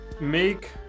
make